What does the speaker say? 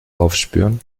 aufspüren